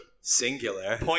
singular